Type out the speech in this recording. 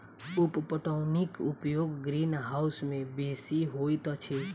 उप पटौनीक उपयोग ग्रीनहाउस मे बेसी होइत अछि